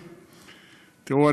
תראו,